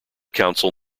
council